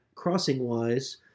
crossing-wise